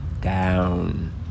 down